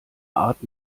art